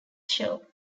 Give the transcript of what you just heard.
shore